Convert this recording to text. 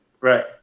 Right